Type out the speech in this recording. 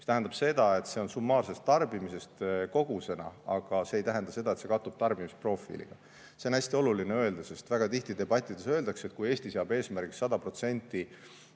mis tähendab seda, et see [antakse] summaarsest tarbimisest kogusena, aga ei tähenda seda, et see kattub tarbimisprofiiliga. Seda on hästi oluline öelda, sest väga tihti debattides öeldakse, et Eesti seab eesmärgiks 100%